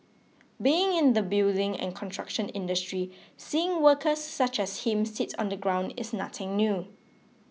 being in the building and construction industry seeing workers such as him sit on the ground is nothing new